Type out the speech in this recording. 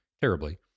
terribly